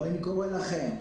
אבל אני קורא לכם.